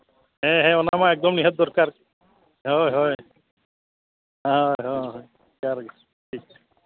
ᱦᱮ ᱦᱮᱸ ᱚᱱᱟ ᱢᱟ ᱱᱤᱦᱟᱹᱛ ᱫᱚᱨᱠᱟᱨ ᱦᱳᱭ ᱦᱳᱭ ᱦᱳᱭ ᱦᱳᱭ ᱡᱚᱦᱟᱨ ᱜᱮ ᱴᱷᱤᱠ